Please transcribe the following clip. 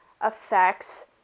affects